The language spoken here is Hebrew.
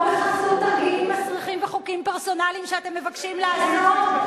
לא בחסות תרגילים מסריחים וחוקים פרסונליים שאתם מבקשים לעשות,